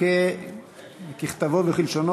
דב חנין,